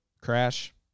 Crash